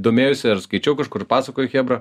domėjausi ar skaičiau kažkur pasakojo chebra